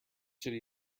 should